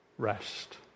rest